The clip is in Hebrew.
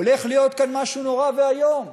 הולך להיות כאן משהו נורא ואיום.